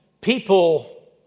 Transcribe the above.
people